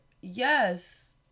yes